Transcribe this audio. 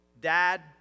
dad